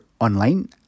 online